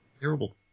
terrible